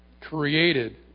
created